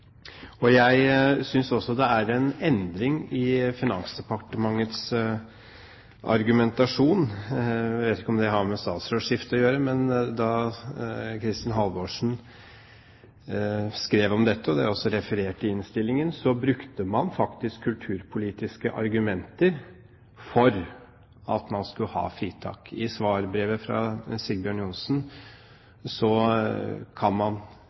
Jeg synes også det er en endring i Finansdepartementets argumentasjon. Jeg vet ikke om det har med statsrådsskiftet å gjøre, men da Kristin Halvorsen skrev om dette – og det er også referert i innstillingen – brukte man faktisk kulturpolitiske argumenter for at man skulle ha fritak. I svarbrevet fra Sigbjørn Johnsen kan man,